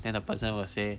then the person will say